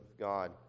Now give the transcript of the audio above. God